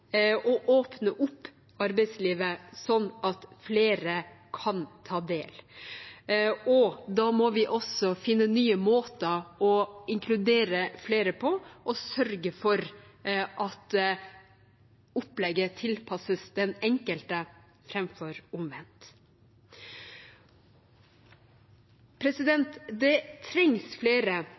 å åpne opp arbeidslivet sånn at flere kan ta del. Da må vi også finne nye måter å inkludere flere på og sørge for at opplegget tilpasses den enkelte, framfor omvendt. Det trengs flere